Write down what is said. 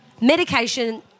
Medication